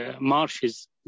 marshes